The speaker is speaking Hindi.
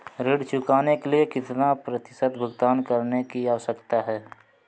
ऋण चुकाने के लिए कितना प्रतिशत भुगतान करने की आवश्यकता है?